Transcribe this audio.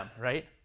right